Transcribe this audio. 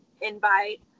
invite